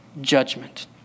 judgment